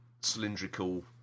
cylindrical